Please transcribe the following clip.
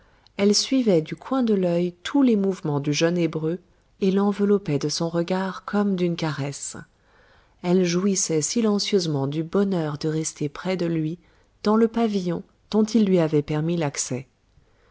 elle suivait du coin de l'œil tous les mouvements du jeune hébreu et l'enveloppait de son regard comme d'une caresse elle jouissait silencieusement du bonheur de rester près de lui dans le pavillon dont il lui avait permis l'accès